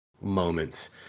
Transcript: moments